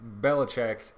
Belichick